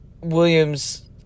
Williams